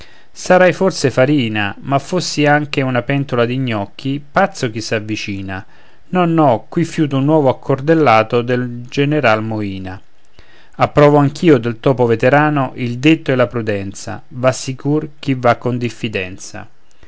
sarai forse farina ma fossi anche una pentola di gnocchi pazzo chi s'avvicina no no qui fiuto un nuovo accordellato del general moina approvo anch'io del topo veterano il detto e la prudenza va sicuro chi va con diffidenza